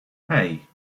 hey